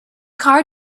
car